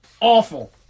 Awful